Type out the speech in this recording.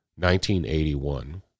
1981